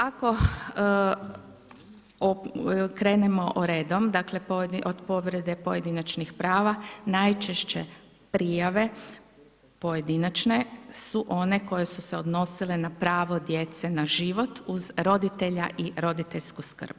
Ako krenemo redom dakle od povrede pojedinačnih prava, najčešće prijave pojedinačne su one koje su se odnosila na pravo djece na život uz roditelja i roditeljsku skrb.